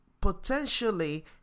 potentially